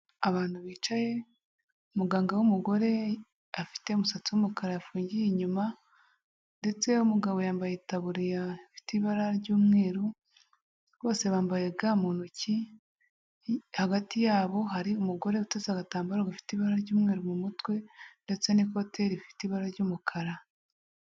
Abantu bicaye muganga w'umugore afite umusatsi wumukara yafungiye inyuma ndetse uw'umugabo yambaye itaburiya ifite ibara ry'umweru, bose bambaye ga mu ntoki, hagati yabo hari umugore uteze agatambaro gafite ibara ry'umweru mu mutwe, ndetse n'ikote rifite ibara ry'umukara.